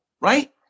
Right